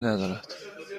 ندارد